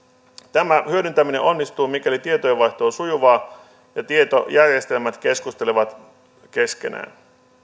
tämä hyödyntäminen onnistuu mikäli tietojenvaihto on sujuvaa ja tietojärjestelmät keskustelevat keskenään